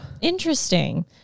Interesting